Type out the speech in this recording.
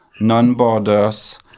non-borders